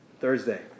Thursday